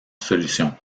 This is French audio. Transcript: solution